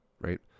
right